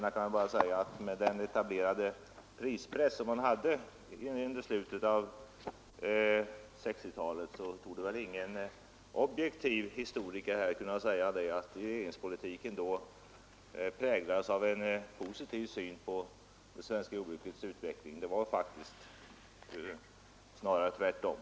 Jag kan bara säga att med hänsyn till den etablerade prispress som man hade under slutet av 1960-talet torde ingen objektiv historiker kunna säga att regeringspolitiken då präglades av en positiv syn på det svenska jordbrukets utveckling. Det var faktiskt snarare tvärtom.